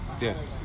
Yes